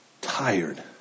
tired